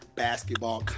basketball